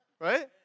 Right